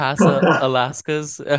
Alaska's